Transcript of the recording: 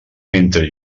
mentre